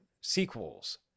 sequels